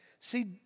See